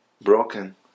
Broken